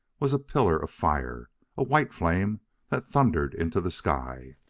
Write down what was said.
was a pillar of fire a white flame that thundered into the sky.